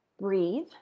breathe